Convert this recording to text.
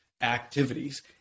activities